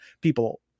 people